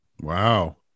wow